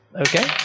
okay